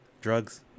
Drugs